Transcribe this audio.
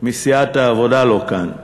מסיעת העבודה לא כאן,